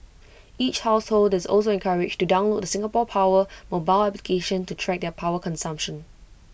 each household is also encouraged to download Singapore power mobile application to track their power consumption